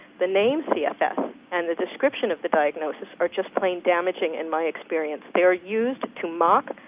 the name cfs and the description of the diagnosis are just plain damaging in my experience. they are used to mock,